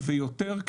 ויותר,